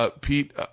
Pete